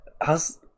How's